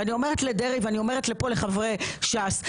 אני אומרת לדרעי ואני אומרת כאן לחברי ש"ס,